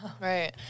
Right